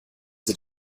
sie